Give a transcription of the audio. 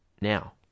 now